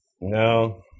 No